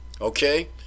Okay